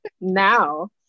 now